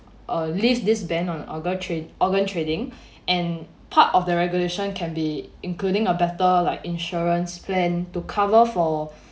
uh lift this ban on organ trade organ trading and part of the regulation can be including a better like insurance plan to cover for